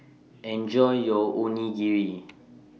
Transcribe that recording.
Enjoy your Onigiri